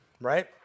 right